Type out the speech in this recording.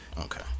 Okay